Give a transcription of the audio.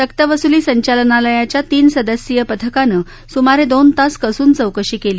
सक्तवसुली संचालनालयाच्या तीन सदस्यीयपथकानं सूमारे दोन तास कसून चौकशी केली